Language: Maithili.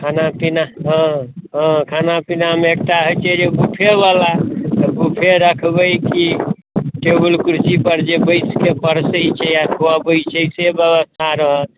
खाना पीना हँ हँ खाना पीनामे एक टा होइ छै जे बूफे बला तऽ बूफे रखबे कि टेबुल कुर्सी पर जे बैसके परसै छै आ खुअबै छै से व्यवस्था रहत